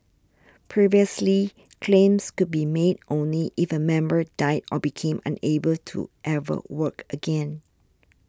previously claims could be made only if a member died or became unable to ever work again